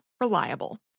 Reliable